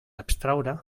abstraure